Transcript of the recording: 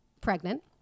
pregnant